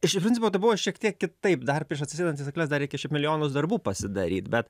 iš principo tai buvo šiek tiek kitaip dar prieš atsisėdant į stakles dar reikia šiaip milijonus darbų pasidaryt bet